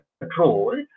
control